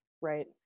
right